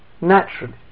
naturally